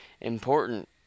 important